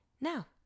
Now